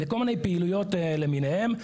לכל מיני פעילויות למיניהן.